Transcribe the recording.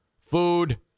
food